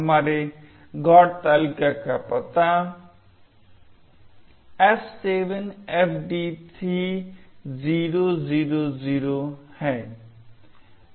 हमारे GOT तालिका का पता F7FD3000 है